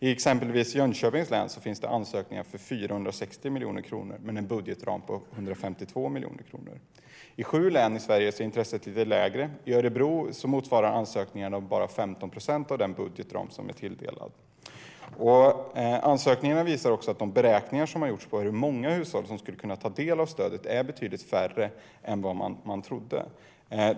I exempelvis Jönköpings län finns det ansökningar för 460 miljoner kronor men en budgetram på 152 miljoner kronor. I sju län i Sverige är intresset lite lägre - i Örebro motsvarar ansökningarna bara 15 procent av den budgetram som är tilldelad. Ansökningarna visar också att antalet hushåll som skulle kunna ta del av stödet är betydligt färre än vad man tidigare beräknat.